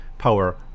power